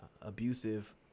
abusive